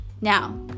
Now